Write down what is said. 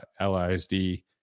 LISD